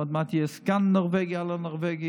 ועוד מעט יהיה סגן נורבגי על הנורבגי.